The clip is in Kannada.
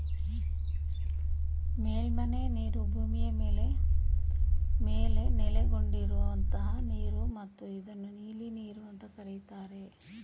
ಮೇಲ್ಮೈನೀರು ಭೂಮಿಯ ಮೇಲ್ಮೈ ಮೇಲೆ ನೆಲೆಗೊಂಡಿರುವಂತಹ ನೀರು ಮತ್ತು ಇದನ್ನು ನೀಲಿನೀರು ಅಂತ ಕರೀತಾರೆ